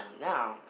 now